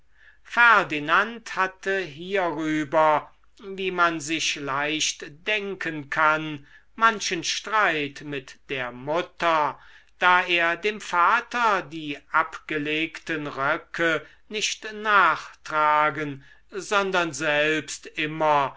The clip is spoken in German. ferdinand hatte hierüber wie man sich leicht denken kann manchen streit mit der mutter da er dem vater die abgelegten röcke nicht nachtragen sondern selbst immer